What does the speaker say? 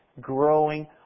growing